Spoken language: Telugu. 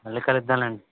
మళ్ళీ కలుద్దాం లేండి